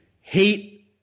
hate